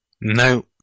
No